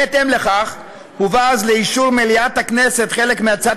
בהתאם לכך הובא אז לאישור מליאת הכנסת חלק מהצעת